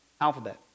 alphabet